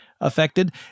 affected